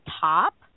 top